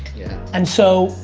and so,